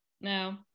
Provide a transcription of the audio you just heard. No